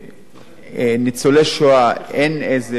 ניצולי שואה, אין איזה פילוח,